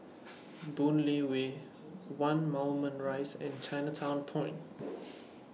Boon Lay Way one Moulmein Rise and Chinatown Point